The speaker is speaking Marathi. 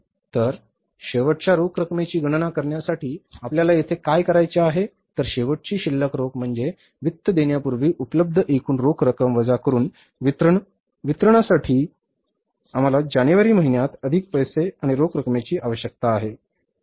तर शेवटच्या रोख रकमेची गणना करण्यासाठी आपल्याला येथे काय करायचे आहे तर शेवटची शिल्लक रोख म्हणजे वित्त देण्यापूर्वी उपलब्ध एकूण रोख रक्कम वजा एकूण वितरण वितरणासाठी आम्हाला जानेवारी महिन्यात अधिक पैसे आणि रोख रकमेची आवश्यकता आहे